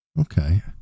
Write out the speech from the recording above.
Okay